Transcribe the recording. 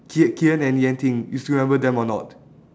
ki~ ki-en and yan-ting you still remember them or not